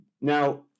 now